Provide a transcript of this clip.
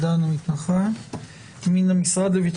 נדונה התופעה של הדרת נשים כאשר המציעה התמקדה בהיבט